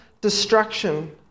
destruction